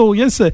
yes